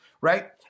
right